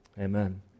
Amen